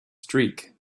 streak